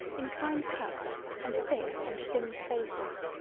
in kind cuts and thick and thin spaces,